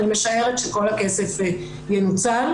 אני משערת שכל הכסף ינוצל.